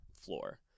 floor